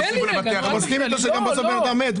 אתה מסכים אתי גם שבסוף בן אדם מת?